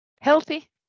healthy